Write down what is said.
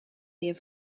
des